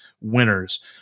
winners